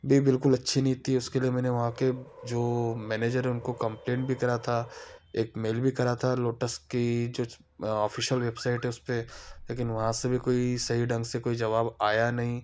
भी बिल्कुल अच्छी नहीं थी उसके लिए मैंने वहाँ के जो मैनेजर है उनको कंप्लेंट भी करा था एक मेल भी करा था लोटस की जो ऑफ़िशियल वेबसाइट है उस पर लेकिन वहाँ से भी कोई सही ढंग से कोई जवाब आया नहीं